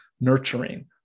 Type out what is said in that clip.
nurturing